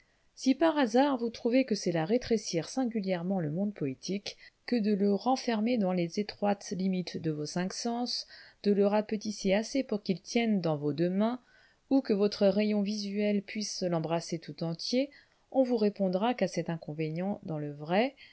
si par hasard vous trouvez que c'est là rétrécir singulièrement le monde poétique que de le renfermer dans les étroites limites de vos cinq sens de le rapetisser assez pour qu'il tienne dans vos deux mains ou que votre rayon visuel puisse l'embrasser tout entier on vous répondra qu'à cet inconvénient dans le vrai